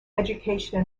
education